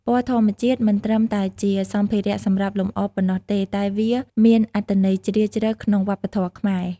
ពណ៌ធម្មជាតិមិនត្រឹមតែជាសម្ភារៈសម្រាប់លម្អប៉ុណ្ណោះទេ តែវាមានអត្ថន័យជ្រាលជ្រៅក្នុងវប្បធម៌ខ្មែរ។